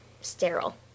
sterile